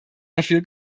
dafür